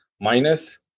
minus